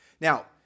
Now